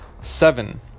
seven